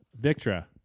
Victra